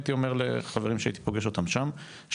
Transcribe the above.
הייתי אומר לחברים שהייתי פוגש שם: יש